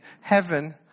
heaven